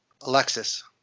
Alexis